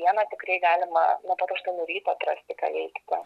dieną tikrai galima nuo pat aštuonių ryto atrasti ką veikti